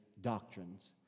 doctrines